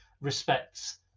respects